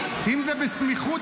אם זה בסמיכות,